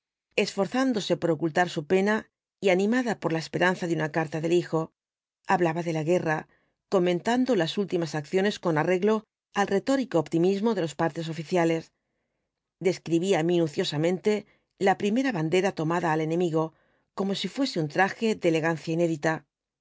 esforzándose por ocultar su pena y animada por la esperanza de una carta del hijo hablaba de la guerra comentando las últimas acciones con arreglo al retórico optimismo de los partes oficiales describía minuciosamente la primera bandera tomada al enemigo como si fuese un traje de elegancia inédita